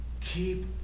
keep